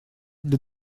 для